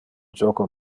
joco